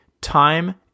time